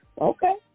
okay